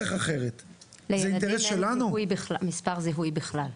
לילדים אין מספר זיהוי בכלל.